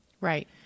Right